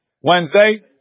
Wednesday